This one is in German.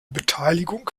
beteiligung